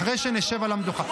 אחרי שנשב על המדוכה.